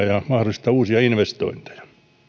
ja mahdollistetaan uusia investointeja